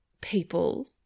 people